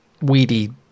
weedy